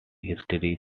history